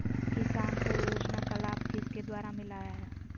किसान को योजना का लाभ किसके द्वारा मिलाया है?